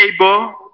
able